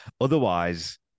otherwise